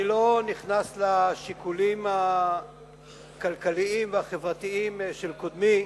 אני לא נכנס לשיקולים הכלכליים והחברתיים של קודמי,